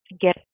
get